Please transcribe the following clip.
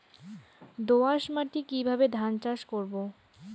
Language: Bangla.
দোয়াস মাটি কিভাবে ধান চাষ করব?